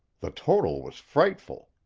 the total was frightful.